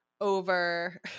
over